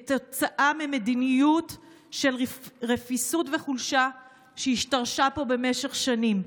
כתוצאה ממדיניות של רפיסות וחולשה שהשתרשה פה במשך שנים.